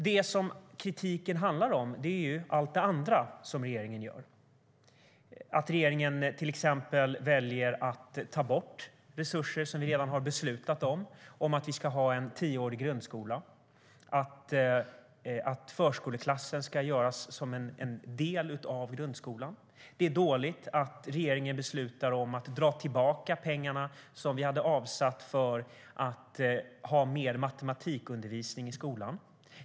Det som kritiken handlar om är allt det andra regeringen gör. Regeringen väljer till exempel att ta bort redan beslutade resurser som skulle ha gått till att skapa en tioårig grundskola och göra förskoleklassen till en del av grundskolan. Det är dåligt att regeringen beslutar om att dra tillbaka pengarna som vi hade avsatt för mer matematikundervisning i skolan.